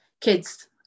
kids